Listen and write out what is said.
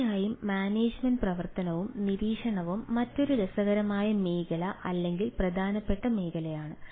തീർച്ചയായും മാനേജുമെന്റ് പ്രവർത്തനവും നിരീക്ഷണവും മറ്റൊരു രസകരമായ മേഖല അല്ലെങ്കിൽ പ്രധാനപ്പെട്ട മേഖലയാണ്